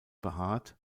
behaart